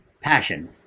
passion